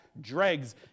dregs